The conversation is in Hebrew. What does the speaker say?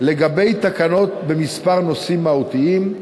לגבי תקנות בכמה נושאים מהותיים,